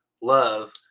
love